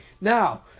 now